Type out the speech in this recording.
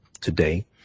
today